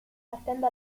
partendo